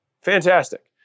fantastic